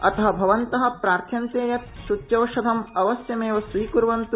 अतः भवन्तः प्रार्थ्यन्ते यत् सूच्यौषधम् अवश्यमेव स्वीकुर्वन्त्